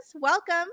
Welcome